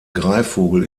greifvogel